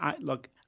look